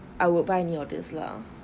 I would buy any of this lah